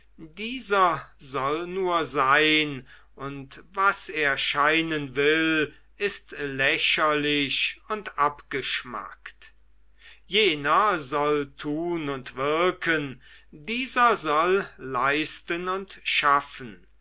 dieser soll nur sein und was er scheinen will ist lächerlich oder abgeschmackt jener soll tun und wirken dieser soll leisten und schaffen